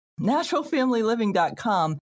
NaturalFamilyLiving.com